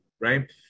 Right